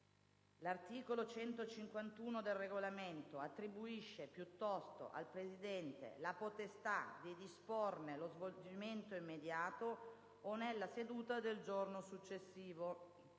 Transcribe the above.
L'articolo 151 del Regolamento attribuisce piuttosto al Presidente la potestà di disporne lo svolgimento immediato o nella seduta del giorno successivo